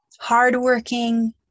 hardworking